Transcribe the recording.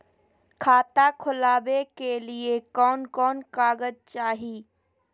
खाता खोलाबे के लिए कौन कौन कागज चाही?